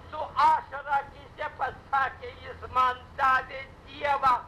su ašara akyse pasakė jis man davė dievą